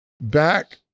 back